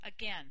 Again